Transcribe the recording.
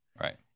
Right